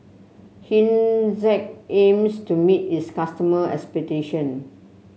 hygin Z aims to meet its customer expectation